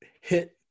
hit